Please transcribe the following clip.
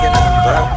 number